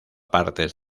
partes